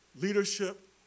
leadership